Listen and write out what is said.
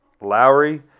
Lowry